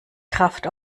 kraft